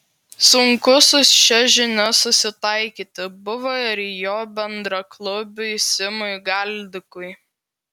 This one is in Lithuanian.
sunku su šia žinia susitaikyti buvo ir jo bendraklubiui simui galdikui